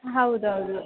ಹಾಂ ಹೌ್ದು ಹೌದು